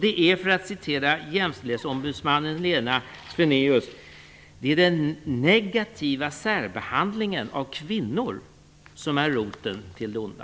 Det är, för att citera jämställdhetsombudsmannen Lena Svenaeus, den negativa särbehandlingen av kvinnor som är "roten till det onda".